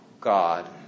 God